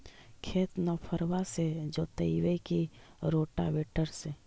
खेत नौफरबा से जोतइबै की रोटावेटर से?